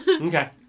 Okay